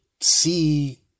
see